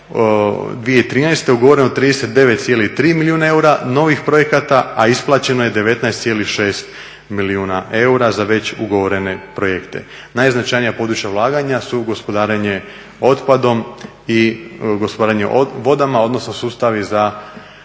2013.ugovoreno 39,3 milijuna eura novih projekata, a isplaćeno je 19,6 milijuna eura za već ugovorene projekte. Najznačajnija područja ulaganja su gospodarenje otpadom i gospodarenje vodama odnosno sustavi za